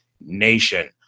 nation